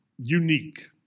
unique